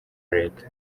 leta